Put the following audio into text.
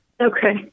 Okay